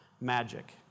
magic